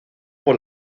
por